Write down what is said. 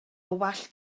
wallt